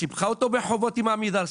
אלא סיבכה אותו בחובות עם עמידר,